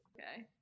Okay